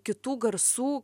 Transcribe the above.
kitų garsų